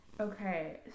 Okay